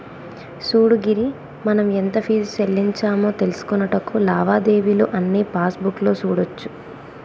సూడు గిరి మనం ఎంత ఫీజు సెల్లించామో తెలుసుకొనుటకు లావాదేవీలు అన్నీ పాస్బుక్ లో సూడోచ్చు